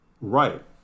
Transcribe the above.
Right